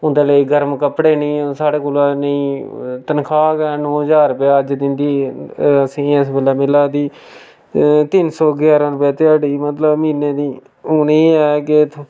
उं'दे लेई गर्म कपड़े निं साढ़े कोला नेईं तनखाह् गै नौ हजार रपेआ अज्ज दिंदी असें गी इस बेल्लै मिला दी तिन्न सौ ञारां रपेआ ध्याड़ी मतलब म्हीने दी हून एह् ऐ कि